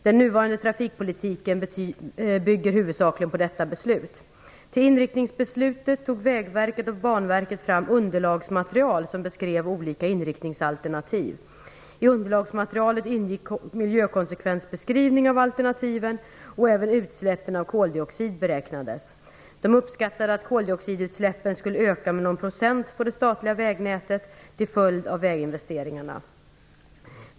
Den nuvarande trafikpolitiken bygger huvudsakligen på detta beslut. Till inriktningsbeslutet tog Vägverket och Banverket fram underlagsmaterial som beskrev olika inriktningsalternativ. I underlagsmaterialet ingick miljökonsekvensbeskrivning av alternativen, och även utsläppen av koldioxid beräknades. De uppskattade att koldioxidutsläppen skulle öka med någon procent på det statliga vägnätet till följd av väginvesteringarna.